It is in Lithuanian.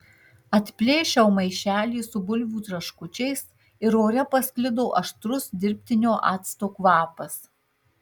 atplėšiau maišelį su bulvių traškučiais ir ore pasklido aštrus dirbtinio acto kvapas